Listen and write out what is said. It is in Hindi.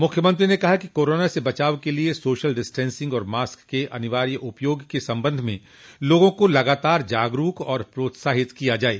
मुख्यमंत्री ने कहा कि कोरोना से बचाव के लिये सोशल डिस्टेंसिंग और मास्क के अनिवार्य उपयोग के संबंध में लोगों को लगातार जागरूक और प्रोत्साहित किया जाये